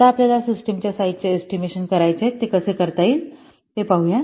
आता आपल्याला सिस्टमच्या साईझ चे एस्टिमेशन करायचे आहे हे कसे करता येईल ते पाहू